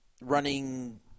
running